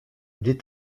des